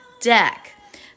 deck